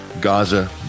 Gaza